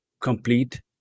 complete